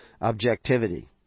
objectivity